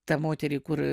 tą moterį kur